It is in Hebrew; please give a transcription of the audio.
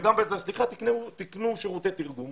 סליחה, תיקנו שירותי תרגום